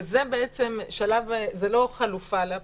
וזה לא חלופה לאפוטרופסות,